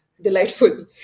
delightful